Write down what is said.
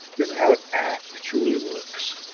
this is how it actually works,